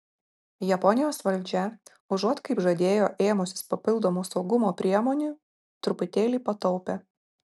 japonijos valdžia užuot kaip žadėjo ėmusis papildomų saugumo priemonių truputėlį pataupė